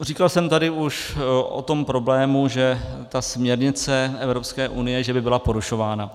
Říkal jsem tady už o tom problému, že směrnice Evropské unie by byla porušována.